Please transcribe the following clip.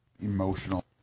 emotional